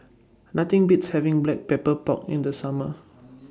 Nothing Beats having Black Pepper Pork in The Summer